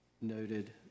noted